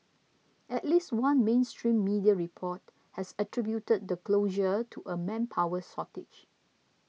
at least one mainstream media report has attributed the closure to a manpower shortage